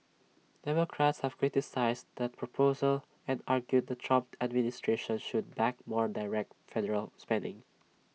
democrats have criticised that proposal and argued the Trump administration should back more direct federal spending